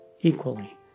equally